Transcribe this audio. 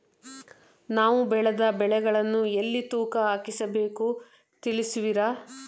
ನಾವು ಬೆಳೆದ ಬೆಳೆಗಳನ್ನು ಎಲ್ಲಿ ತೂಕ ಹಾಕಿಸಬೇಕು ತಿಳಿಸುವಿರಾ?